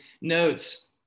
notes